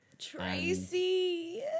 Tracy